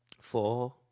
four